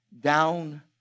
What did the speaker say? down